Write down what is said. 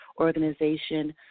organization